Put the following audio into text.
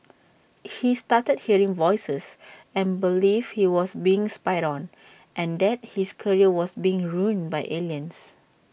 he started hearing voices and believed he was being spied on and that his career was being ruined by aliens